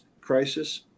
crisis